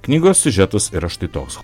knygos siužetas yra štai toks